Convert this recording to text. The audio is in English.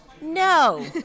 No